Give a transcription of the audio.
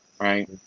right